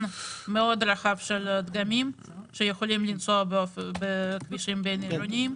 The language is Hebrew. מאוד רחב של דגמים שיכולים לנסוע בכבישים בין עירוניים